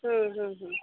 ಹ್ಞೂ ಹ್ಞೂ ಹ್ಞೂ